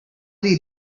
they